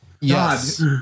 Yes